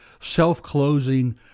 self-closing